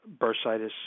bursitis